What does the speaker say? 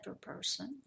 person